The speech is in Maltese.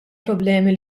problemi